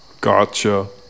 Gotcha